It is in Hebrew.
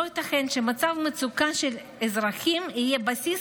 לא ייתכן שמצב מצוקה של אזרחים יהיה בסיס